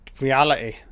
reality